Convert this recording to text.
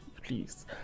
please